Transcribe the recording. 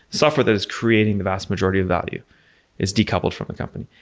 software that is creating the vast majority of value is decoupled from the company.